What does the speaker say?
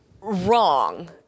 wrong